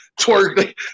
twerk